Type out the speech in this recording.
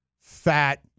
fat